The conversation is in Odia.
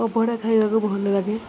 ଅଭଡ଼ା ଖାଇବାକୁ ଭଲ ଲାଗେ